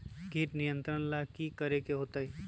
किट नियंत्रण ला कि करे के होतइ?